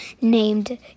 named